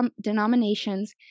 denominations